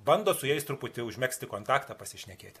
bando su jais truputį užmegzti kontaktą pasišnekėti